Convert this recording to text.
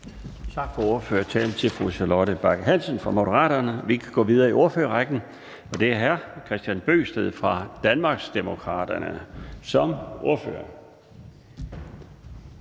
Tak for ordførertalen til fru Charlotte Bagge Hansen fra Moderaterne. Vi kan gå videre i ordførerrækken, og det er nu hr. Kristian Bøgsted som ordfører